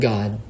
God